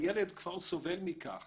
הילד כבר סובל מכך